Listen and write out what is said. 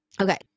Okay